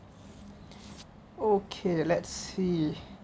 okay let's see